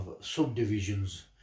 subdivisions